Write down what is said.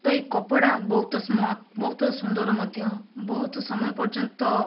ତ ଏହି କପଡ଼ା ବହୁତ ସ୍ମଉଥ ବହୁତ ସୁନ୍ଦର ମଧ୍ୟ ବହୁତ ସମୟ ପର୍ଯ୍ୟନ୍ତ